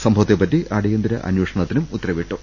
സംഭവത്തെപ്പറ്റി അടിയന്തിര അന്വേ ഷണത്തിനും ഉത്തരവിട്ടു